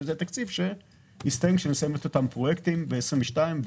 שזה תקציב שיסתיים כאשר נסיים את אותם פרויקטים בשנת 2022,